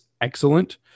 excellent